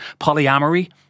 polyamory